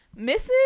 Mrs